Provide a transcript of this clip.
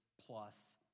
plus